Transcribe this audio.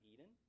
Eden